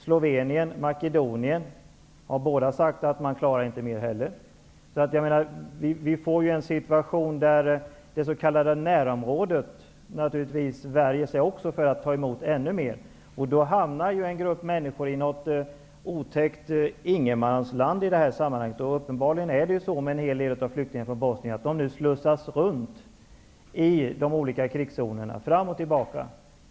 Slovenien och Makedonien har båda sagt att inte heller de orkar mer. Vi får en situation där det s.k. närområdet värjer sig för att ta emot ännu fler. Då hamnar en grupp människor i ett otäckt ingenmansland. Uppenbarligen är det så att en hel del flyktingar slussas runt i de olika krigszonerna, fram och tillbaka.